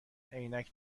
عینک